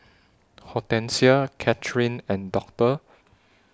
Hortencia Catherine and Doctor